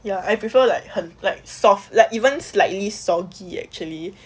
ya I prefer like 很 soft like even slightly soggy actually